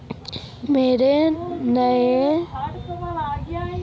मोर नया लैपटॉप उन्नीस हजार रूपयार छिके